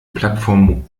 plattform